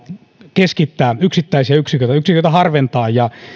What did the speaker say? keskittää yksittäisiä yksiköitä yksiköitä harventaa yksiköitä